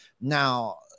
Now